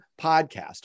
podcast